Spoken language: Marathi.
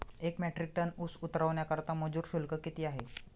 एक मेट्रिक टन ऊस उतरवण्याकरता मजूर शुल्क किती आहे?